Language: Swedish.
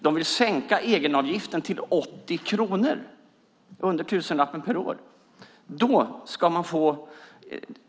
De vill sänka egenavgiften till 80 kronor, alltså till under tusenlappen per år.